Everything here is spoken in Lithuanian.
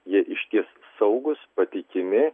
jie išties saugūs patikimi